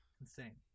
Insane